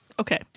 okay